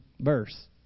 verse